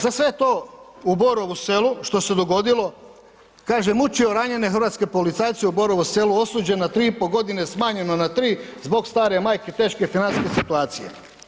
Za sve to u Borovu Selu što se dogodilo, kaže, mučio ranjene hrvatske policajce u Borovu Selu, osuđen na 3,5 godine, smanjeno na 3 zbog stare majke, teške financijske situacije.